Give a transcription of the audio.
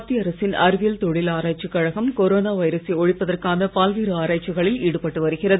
மத்திய அரசின் அறிவியல் தொழில் ஆராய்ச்சி கழகம் கொரோனா வைரசை ஒழிப்பதற்கான பல்வேறு ஆராய்ச்சிகளில் ஈடுபட்டு வருகிறது